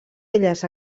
elles